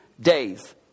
days